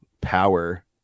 power